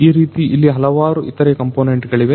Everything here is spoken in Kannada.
ಈ ರೀತಿ ಇಲ್ಲಿ ಹಲವಾರು ಇತರೆ ಕಂಪೋನೆಂಟ್ ಗಳಿವೆ